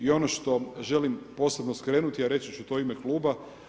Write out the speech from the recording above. I ono što želim posebno skrenuti, a reći ću to u ime Kluba.